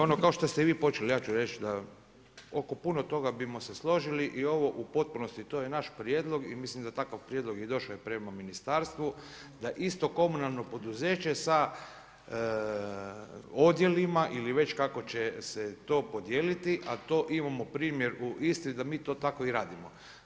Ono kao što ste i vi počeli, ja ću reći, da oko puno toga bi se složili i ovo u potpunosti, to je naš prijedlog i mislim da takav prijedlog i došao prema ministarstvu, da isto komunalno poduzeće sa odjelima ili već kako će se već podijeliti, a to imamo primjedbu isti da mi to tako i radimo.